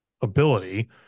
ability